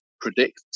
predict